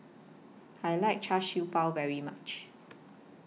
I like Char Siew Bao very much